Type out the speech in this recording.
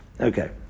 Okay